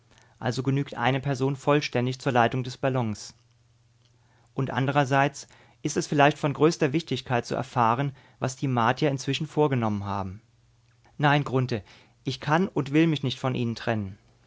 also genügt eine person vollständig zur leitung des ballons und andererseits ist es vielleicht von größter wichtigkeit zu erfahren was die martier inzwischen vorgenommen haben nein grunthe ich kann und will mich nicht von ihnen trennen